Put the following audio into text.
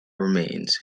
remains